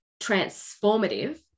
transformative